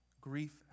grief